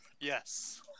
Yes